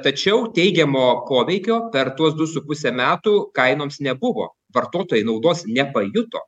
tačiau teigiamo poveikio per tuos du su puse metų kainoms nebuvo vartotojai naudos nepajuto